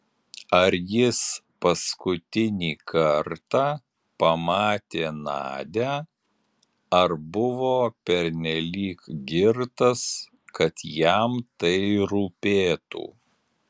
ar jis paskutinį kartą pamatė nadią ar buvo pernelyg girtas kad jam tai rūpėtų